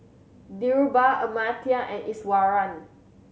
Dhirubhai Amartya and Iswaran